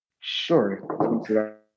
Sure